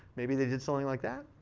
maybe they did something like that.